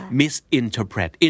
misinterpret